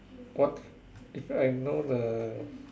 what if I know the